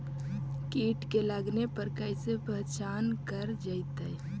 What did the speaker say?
कीट के लगने पर कैसे पहचान कर जयतय?